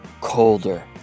colder